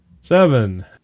Seven